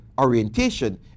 orientation